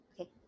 okay